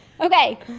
Okay